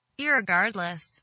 Irregardless